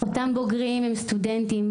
אותם בוגרים הם סטודנטים,